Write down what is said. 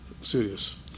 serious